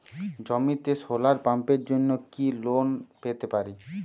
জমিতে সোলার পাম্পের জন্য কি লোন পেতে পারি?